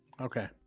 Okay